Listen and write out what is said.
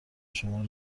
شما